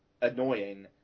annoying